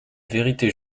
vérité